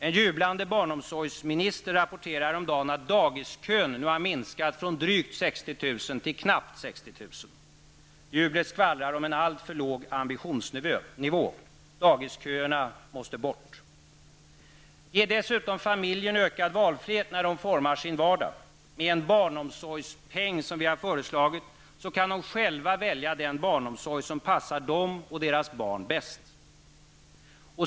En jublande barnomsorgsminister rapporterade häromdagen att dagiskön har minskat från drygt 60 000 till knappt 60 000. Jublet skvallrar om en alltför låg ambitionsnivå. Dagisköerna måste bort. * Ge familjerna ökad valfrihet när de formar sin vardag. Med en barnomsorgspeng, som vi har föreslagit, kan de t.ex. själva välja den barnomsorg som passar dem och deras barn bäst.